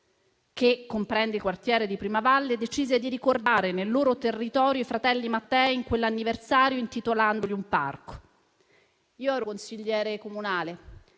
che comprende il quartiere di Primavalle, decise di ricordare nel loro territorio i fratelli Mattei in quell'anniversario, intitolando loro un parco. Io ero consigliere comunale